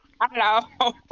Hello